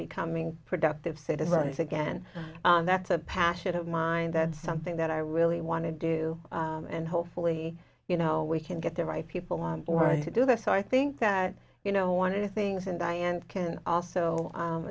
becoming productive citizens again that's a passion of mine that's something that i really want to do and hopefully you know we can get the right people on board to do this so i think that you know one of the things and i and can also